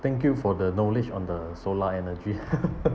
thank you for the knowledge on the solar energy